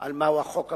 מהו החוק הבין-לאומי.